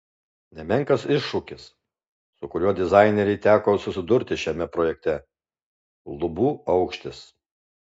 nemenkas iššūkis su kuriuo dizainerei teko susidurti šiame projekte lubų aukštis